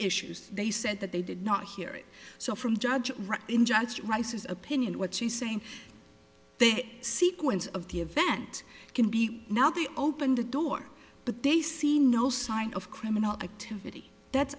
issues they said that they did not hear it so from judge wright in judge rice's opinion what she's saying they sequence of the event can be now they open the door but they see no sign of criminal activity that's